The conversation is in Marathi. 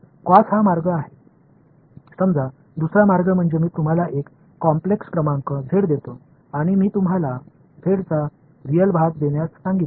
कॉस एक मार्ग आहे समजा दुसरा मार्ग म्हणजे मी तुम्हाला एक कॉम्प्लेक्स क्रमांक झेड देतो आणि मी तुम्हाला झेडचा रिअल भाग देण्यास सांगितले